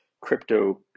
crypto